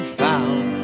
found